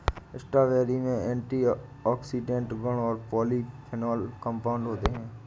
strawberry में antioxidant गुण और पॉलीफेनोल कंपाउंड होते हैं